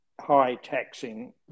high-taxing